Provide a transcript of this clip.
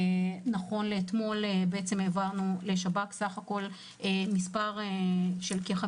נכון לאתמול העברנו לשב"כ מספר של 15